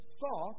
saw